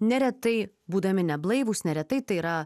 neretai būdami neblaivūs neretai tai yra